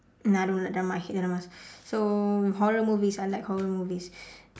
no I don't like drama I hate dramas so horror movies I like horror movies